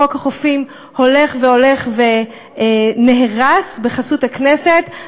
חוק החופים הולך והולך ונהרס בחסות הכנסת.